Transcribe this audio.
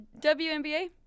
WNBA